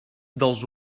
dels